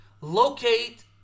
locate